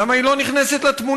למה היא לא נכנסת לתמונה?